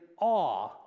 awe